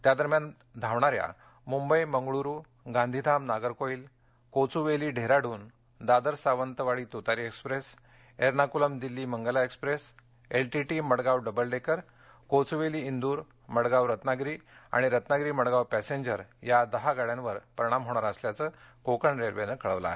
त्यादरम्यान धावणाऱ्या Mumbai Mangaluru Gandhidham Nagercoil Kochuveli Dehradun Dadar Sawantwadi Tutari express Ernakulam Delhi Mangala express LTT Madgaon double decker Kochuveli Indore Madgaon Ratnagiri आणि रत्नागिरी मडगाव पॅसेंजर या दहा गाड्यांवर याचा परिणाम होणार असल्याचं कोकण रेल्वेनं कळवलं आहे